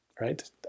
right